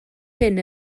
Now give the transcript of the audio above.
hyn